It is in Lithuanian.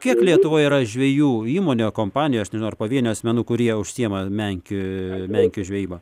kiek lietuvoje yra žvejų įmonių kompanijų aš nežinau ar pavienių asmenų kurie užsiima menk ee menkių žvejyba